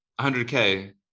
100K